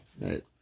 right